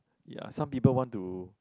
ya some people want to